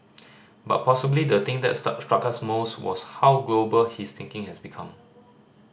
but possibly the thing that struck us most was how global his thinking has become